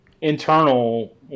internal